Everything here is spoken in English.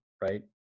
right